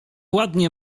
ładnie